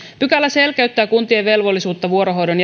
pykälä selkeyttää kuntien velvollisuutta vuorohoidon